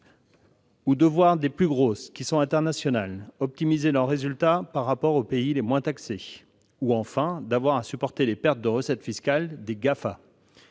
de voir les plus grosses, qui sont internationales, optimiser leurs résultats par rapport aux pays les moins taxés. Nous risquons également d'avoir à supporter les pertes de recettes fiscales des GAFA.